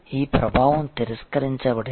ఈ ప్రభావం తిరస్కరించబడింది